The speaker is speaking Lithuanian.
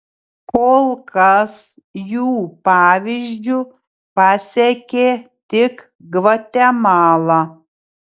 kol kas jų pavyzdžiu pasekė tik gvatemala